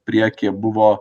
priekyje buvo